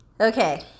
okay